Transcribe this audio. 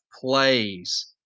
plays